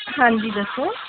ਹਾਂਜੀ ਦੱਸੋ